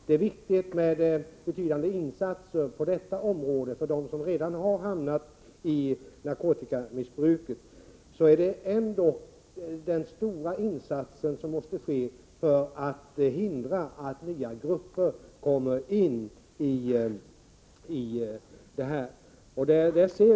Det är viktigt med betydande insatser på detta område för dem som redan har hamnat i narkotikamissbruk, men stora insatser måste också göras för att hindra att nya grupper drabbas.